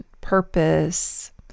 purpose